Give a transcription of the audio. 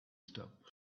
stop